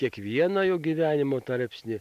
kiekvieną jo gyvenimo tarpsnį